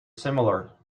similar